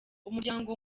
umuryango